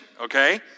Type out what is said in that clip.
okay